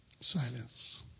Silence